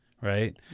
Right